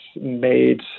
made